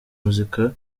muzika